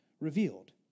revealed